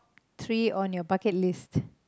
three on your bucket list